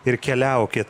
ir keliauki